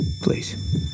Please